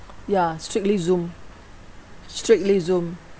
ya strictly Zoom strictly Zoom